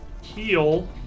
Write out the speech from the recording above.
heal